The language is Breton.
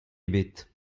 ebet